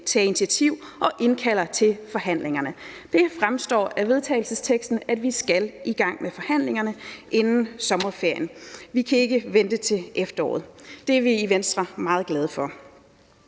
tage initiativ og indkalder til forhandlinger. Det fremgår af forslaget til vedtagelse, at vi skal i gang med forhandlingerne inden sommerferien – vi kan ikke vente til efteråret. Det er vi i Venstre meget glade for.